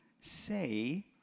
say